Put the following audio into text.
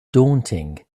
daunting